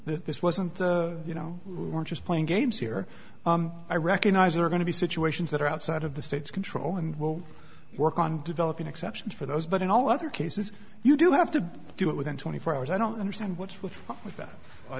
serious this wasn't you know we're just playing games here i recognize there are going to be situations that are outside of the state's control and we'll work on developing exceptions for those but in all other cases you do have to do it within twenty four hours i don't understand what's with with that i